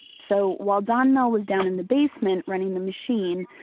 so while don mehl was down in the basement running the machine,